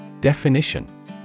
Definition